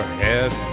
head